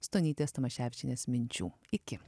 stonytės tamaševičienės minčių iki